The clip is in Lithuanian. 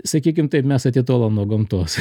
sakykim taip mes atitolom nuo gamtos